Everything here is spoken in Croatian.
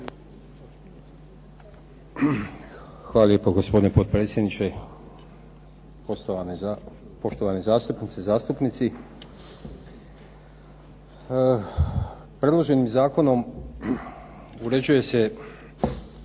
Hvala lijepo, gospodine potpredsjedniče. Poštovane zastupnice i zastupnici. Predloženim zakonom uređuje se